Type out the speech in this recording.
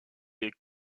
est